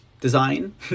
design